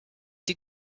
die